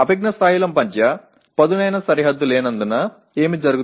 அறிவாற்றல் நிலைகளுக்கு இடையில் கூர்மையான எல்லை நிர்ணயம் இல்லாததால் என்ன நடக்கும்